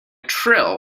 trill